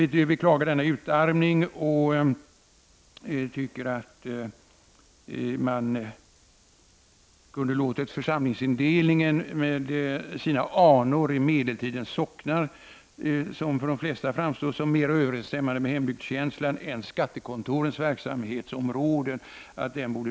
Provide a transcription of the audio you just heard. Vi beklagar denna utarmning och tycker att man borde ha behållit församlingsindelningen med sina anor i medeltidens socknar, som för de flesta framstår som mera överensstämmande med hembygdskänslan än skattekontorets verksamhetsområde.